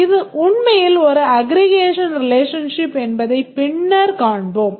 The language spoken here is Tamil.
இது உண்மையில் ஒரு aggregation relationship என்பதைப் பின்னர் காண்போம்